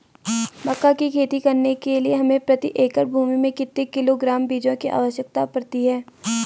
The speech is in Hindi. मक्का की खेती करने के लिए हमें प्रति एकड़ भूमि में कितने किलोग्राम बीजों की आवश्यकता पड़ती है?